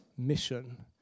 mission